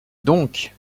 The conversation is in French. donc